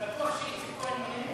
אתה בטוח שאיציק כהן עונה?